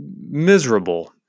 miserable